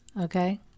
okay